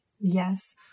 Yes